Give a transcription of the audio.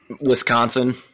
Wisconsin